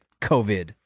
COVID